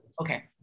Okay